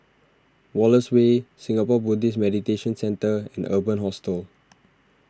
Wallace Way Singapore Buddhist Meditation Centre and Urban Hostel